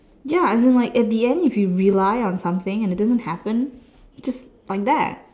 ya as in like in the end if you rely on something and it doesn't happen just like that